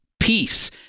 peace